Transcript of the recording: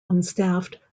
unstaffed